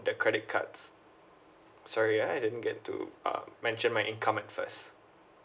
the credit cards sorry ah I didn't get to uh mention my income at first